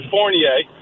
Fournier